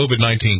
COVID-19